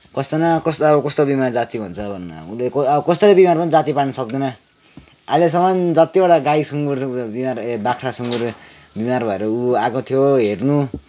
कस्तो न कस्तो अब कस्तो बिमार जाती हुन्छ भन्नु अब उसले कस्तो बिमार पनि जाती पार्नु सक्दैन अहिलेसम्म जतिवटा गाई सुँगुर बिमार बाख्रा सुङ्गुर बिमार भएर ऊ आएको थियो हेर्नु